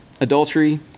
adultery